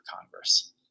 Congress